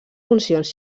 funcions